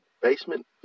basement